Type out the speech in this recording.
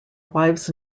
wives